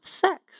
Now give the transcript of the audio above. sex